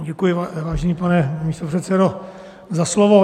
Děkuji, vážený pane místopředsedo, za slovo.